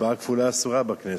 הצבעה כפולה כבר אסורה בכנסת,